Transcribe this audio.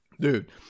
Dude